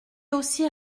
aussi